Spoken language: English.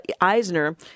Eisner